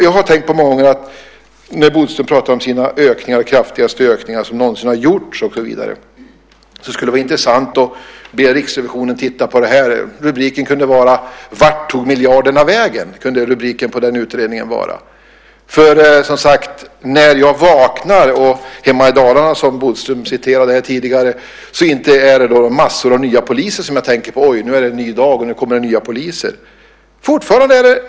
Jag har tänkt många gånger när Bodström talar om sina ökningar och kallar dem för de kraftigaste ökningar som någonsin har gjorts och så vidare att det skulle vara intressant att be Riksrevisionen att titta på det. Rubriken på den utredningen kunde vara: Vart tog miljarderna vägen? När jag vaknar hemma i Dalarna, som Bodström talade om här tidigare, är det inte massor nya poliser som jag tänker på: Oj, nu är det en ny dag, och nu kommer det nya poliser.